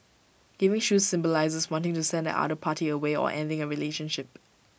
giving shoes symbolises wanting to send the other party away or ending A relationship